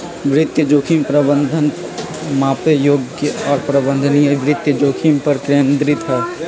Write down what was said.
वित्तीय जोखिम प्रबंधन मापे योग्य और प्रबंधनीय वित्तीय जोखिम पर केंद्रित हई